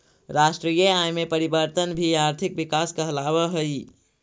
राष्ट्रीय आय में परिवर्तन भी आर्थिक विकास कहलावऽ हइ